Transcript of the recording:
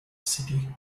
city